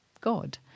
God